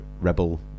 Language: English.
rebel